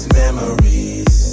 memories